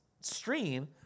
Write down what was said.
stream